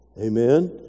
Amen